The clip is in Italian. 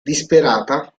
disperata